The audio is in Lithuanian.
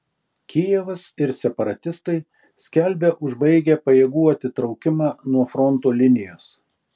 kijevas ir separatistai skelbia užbaigę pajėgų atitraukimą nuo fronto linijos